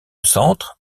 centre